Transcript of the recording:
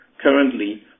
currently